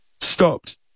stopped